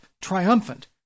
triumphant